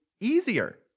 Easier